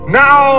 now